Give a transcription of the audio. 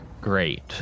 great